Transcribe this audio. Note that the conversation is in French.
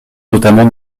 notamment